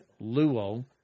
luo